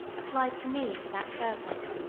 applied to me for that purpose.